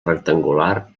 rectangular